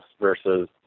versus